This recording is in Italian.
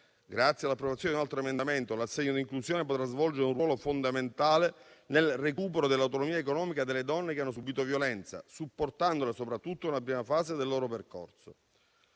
grazie all'approvazione un altro emendamento, l'assegno di inclusione potrà svolgere un ruolo fondamentale nel recupero dell'autonomia economica delle donne che hanno subìto violenza, supportandole soprattutto nella prima fase del loro percorso.